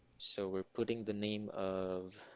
so we're putting the name of